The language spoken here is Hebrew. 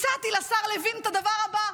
הצעתי לשר לוין את הדבר הבא: